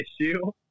issue